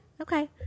Okay